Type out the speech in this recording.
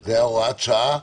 זה היה הוראת שעה,